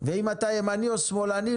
ואם אתה ימני או שמאלני,